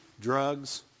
drugs